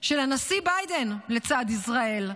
של הנשיא ביידן לצד ישראל.